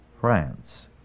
France